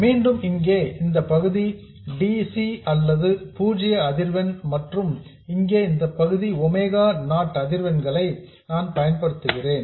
மீண்டும் இங்கே இந்த பகுதி dc அல்லது பூஜ்ஜிய அதிர்வெண் மற்றும் இங்கே இந்த பகுதி ஒமேகா நாட் அதிர்வெண் இவைகளை நான் பயன்படுத்துகிறேன்